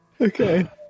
Okay